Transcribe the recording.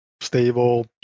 stable